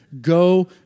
go